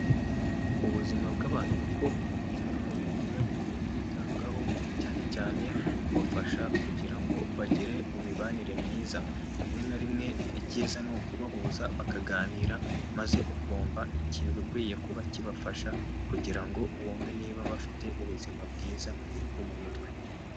Ubuzima bw'abantu bakuru ni kimwe mu bintu biba bikwiye kwitabwaho cyane cyane nko kubafasha kugira ngo bagire mu mibanire myiza rimwe na rimwe icyiza ni ukubahuza bakaganira maze ukumva igikwiye kuba kibafasha kugira ngo wumve niba bafite ubuzima bwiza bwo mu mutwe.